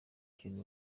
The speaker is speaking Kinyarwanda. ikintu